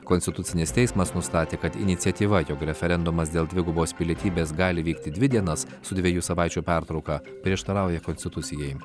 konstitucinis teismas nustatė kad iniciatyva jog referendumas dėl dvigubos pilietybės gali vykti dvi dienas su dviejų savaičių pertrauka prieštarauja konstitucijai